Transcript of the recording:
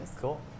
Cool